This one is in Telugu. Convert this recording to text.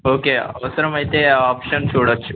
ఓకే అవసరం అయితే ఆ ఆప్షన్స్ చూడవచ్చు